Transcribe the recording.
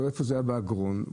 זה היה באגרון,